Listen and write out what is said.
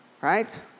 right